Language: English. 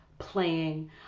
playing